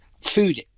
food